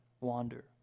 wander